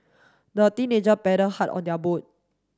the teenager paddle hard on their boat